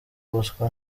bosco